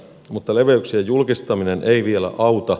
mutta leveyksien julkistaminen ei vielä auta